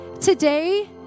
today